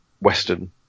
Western